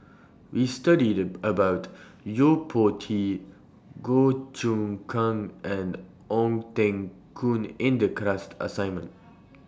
We studied about Yo Po Tee Goh Choon Kang and Ong Teng Koon in The class assignment